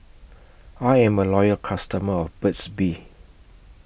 I'm A Loyal customer of Burt's Bee